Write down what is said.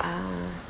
mm